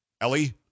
Ellie